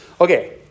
Okay